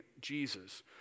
Jesus